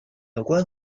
有关